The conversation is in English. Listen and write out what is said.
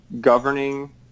governing